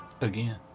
again